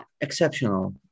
Exceptional